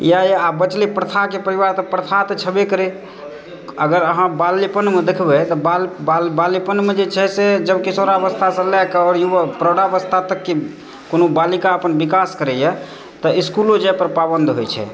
इएह यऽ बचलै प्रथाकेँ परिवार तऽ प्रथा तऽ छबय करै अगर अहाँ बाल्यपनमे देखबै तऽ बाल्यपनमे जे छै से जब किशोरावस्थासँ लयके आओर युवक प्रौढ़ावस्था तककेँ कोनो बालिका अपन विकास करैए तऽ इस्कूलो जाय पर पाबन्द होइ छै